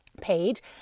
page